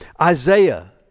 Isaiah